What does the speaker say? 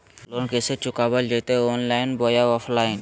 Loan कैसे चुकाबल जयते ऑनलाइन बोया ऑफलाइन?